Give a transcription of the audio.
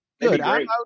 Good